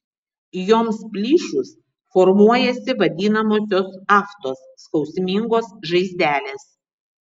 joms plyšus formuojasi vadinamosios aftos skausmingos žaizdelės